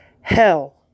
Hell